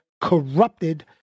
corrupted